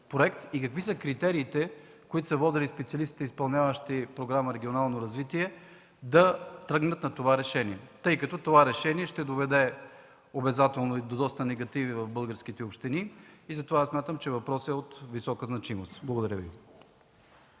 Какви са критериите, които са водили специалистите, изпълняващи Програма „Регионално развитие” да тръгнат на това решение? Тъй като това решение ще доведе обезателно до доста негативи в българските общини, смятам, че въпросът е от висока значимост. Благодаря.